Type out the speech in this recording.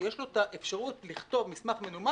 יש לו את האפשרות לכתוב מסמך מנומק,